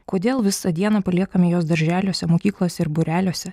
kodėl visą dieną paliekame juos darželiuose mokyklose ir būreliuose